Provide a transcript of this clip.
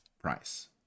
price